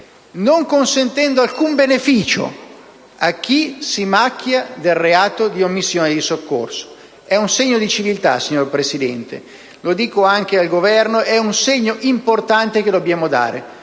non consentendo alcun beneficio a chi si macchia del reato di omissione di soccorso. È un segno di civiltà, signor Presidente, e lo dico anche al Governo: è un segno importante che dobbiamo dare,